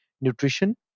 nutrition